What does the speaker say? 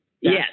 Yes